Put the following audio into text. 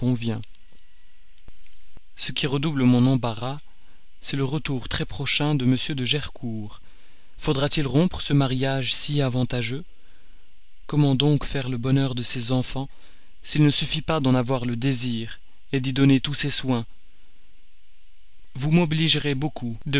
ce qui redouble mon embarras c'est le retour très prochain de m de gercourt faudra-t-il rompre ce mariage si avantageux comment donc faire le bonheur de ses enfants s'il ne suffit pas d'en avoir le désir d'y donner tous ses soins vous m'obligerez beaucoup de